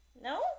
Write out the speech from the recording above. No